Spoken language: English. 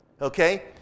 Okay